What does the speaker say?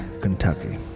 Kentucky